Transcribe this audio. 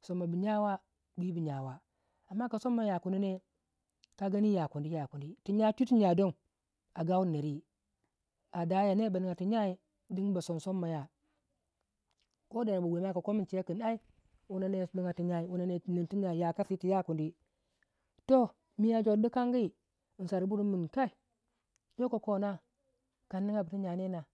somma bu yawa bwibu jyawa amma ka sm ma yakuni ne ka gani ya kuni yakuni tu jyai twii tu jyai don a gawuri neri adaya ner ba nigya tu jyai don ba som somma ya ko ner babwiya ma ka komini che wei kin ai wuna ner nigya tu jyai wuna ner nin tu jyai yakasi yir tu ya kuni toh mii a jor dikan gi msarburmi minkai yoko kona kan nigyabu tu jyai ne